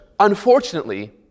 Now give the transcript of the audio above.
Unfortunately